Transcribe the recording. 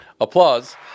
Applause